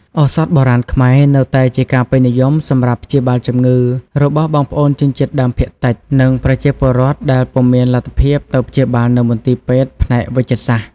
ឱសថបុរាណខ្មែរ នៅតែជាការពេញនិយមសម្រាប់ព្យាបាលជំងឺ របស់បងប្អូនជនជាតិដើមភាគតិច និង ប្រជាពលរដ្ឋដែលពុំមានលទ្ធភាពទៅព្យាបាលនៅមន្ទីរពេទ្យផ្នែកវេជ្ជសាស្រ្ត។